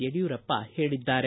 ಯಡಿಯೂರಪ್ಪ ಹೇಳಿದ್ದಾರೆ